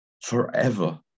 Forever